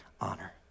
honor